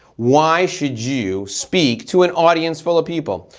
why should you speak to an audience full of people?